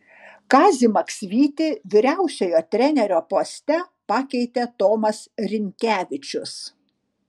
kazį maksvytį vyriausiojo trenerio poste pakeitė tomas rinkevičius